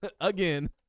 again